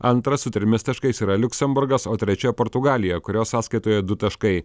antra su trimis taškais yra liuksemburgas o trečia portugalija kurios sąskaitoje du taškai